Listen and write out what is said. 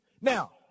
Now